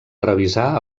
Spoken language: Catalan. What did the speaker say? revisar